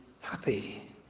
happy